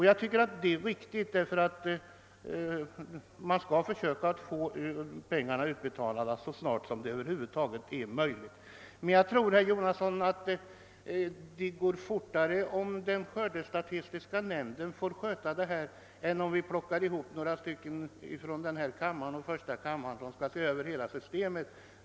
Jag tror, herr Jonasson, att det går fortare att komma fram till en lösning av denna fråga om skördestatistiska nämnden får sköta den än om vi plockar ihop några ledamöter från denna kammare och första kammaren för att se över hela systemet.